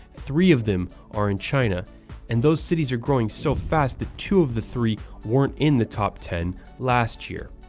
three of them are in china and those cities are growing so fast that two of the three weren't in the top ten last year.